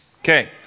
okay